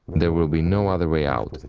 there will be no other way out.